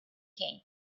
came